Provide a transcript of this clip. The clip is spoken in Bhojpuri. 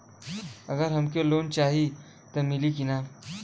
अगर हमके लोन चाही त मिली की ना?